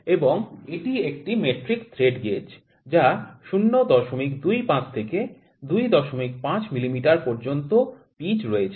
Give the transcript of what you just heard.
এবং এটি একটি মেট্রিক থ্রেড গেজ যার ০২৫ থেকে ২৫ মিমি পর্যন্ত পিচ রয়েছে